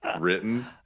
written